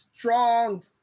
strong